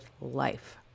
life